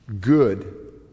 good